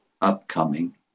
upcoming